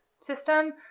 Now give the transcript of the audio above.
system